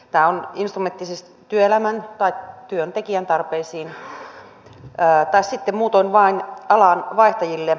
tämä on instrumentti työntekijän tarpeisiin tai sitten muutoin vain alan vaihtajille